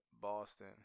Boston